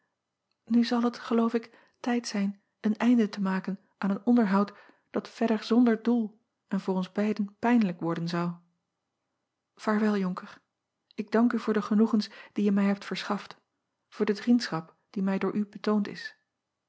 nu zal het geloof ik tijd zijn een einde te maken aan een onderhoud dat verder zonder doel en voor ons acob van ennep laasje evenster delen beiden pijnlijk worden zou aarwel onker ik dank u voor de genoegens die je mij hebt verschaft voor de vriendschap die mij door u betoond is